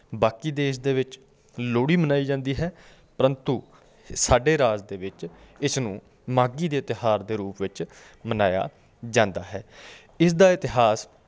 ਬਾਕੀ ਦੇਸ਼ ਦੇ ਵਿੱਚ ਲੋਹੜੀ ਮਨਾਈ ਜਾਂਦੀ ਹੈ ਪਰੰਤੂ ਸਾਡੇ ਰਾਜ ਦੇ ਵਿੱਚ ਇਸ ਨੂੰ ਮਾਘੀ ਦੇ ਤਿਉਹਾਰ ਦੇ ਰੂਪ ਵਿੱਚ ਮਨਾਇਆ ਜਾਂਦਾ ਹੈ ਇਸ ਦਾ ਇਤਿਹਾਸ